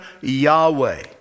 Yahweh